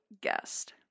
guest